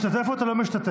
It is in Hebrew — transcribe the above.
אתה משתתף או לא משתתף?